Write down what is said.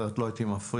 אחרת לא הייתי מפריע,